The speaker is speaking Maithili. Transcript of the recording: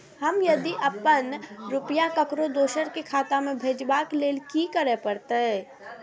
हम यदि अपन रुपया ककरो दोसर के खाता में भेजबाक लेल कि करै परत?